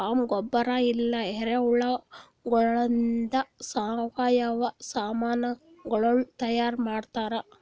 worm ಗೊಬ್ಬರ ಇಲ್ಲಾ ಎರೆಹುಳಗೊಳಿಂದ್ ಸಾವಯವ ಸಾಮನಗೊಳ್ ತೈಯಾರ್ ಮಾಡ್ತಾರ್